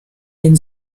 den